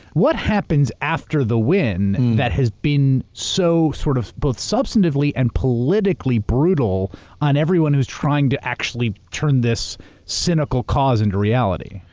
what happens after the win that has been so sort of substantively and politically brutal on everyone who's trying to actually turn this cynical cause into reality?